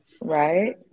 Right